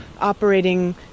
operating